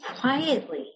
quietly